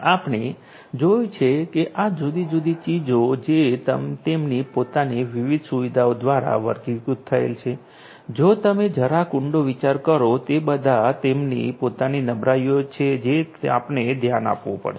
આપણે હંમેશાં જોયું છે કે આ જુદી જુદી ચીજો જે તેમની પોતાની વિવિધ સુવિધાઓ દ્વારા વર્ગીકૃત થયેલ છે જો તમે જરાક ઊંડો વિચાર કરો તે બધા તેમની પોતાની નબળાઈઓ છે જેને આપણને ધ્યાન આપવું પડશે